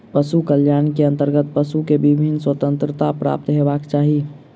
पशु कल्याण के अंतर्गत पशु के विभिन्न स्वतंत्रता प्राप्त हेबाक चाही